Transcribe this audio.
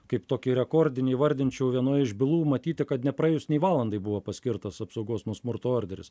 kaip tokį rekordinį įvardinčiau vienoj iš bylų matyti kad nepraėjus nė valandai buvo paskirtas apsaugos nuo smurto orderis